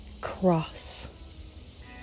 cross